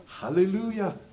Hallelujah